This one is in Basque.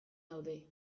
daude